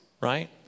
right